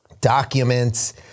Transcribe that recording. documents